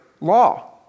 law